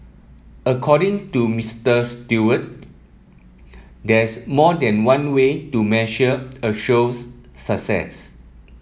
according to Mister Stewart there's more than one way to measure a show's success